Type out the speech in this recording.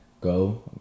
go